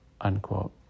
Unquote